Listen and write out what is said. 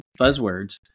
buzzwords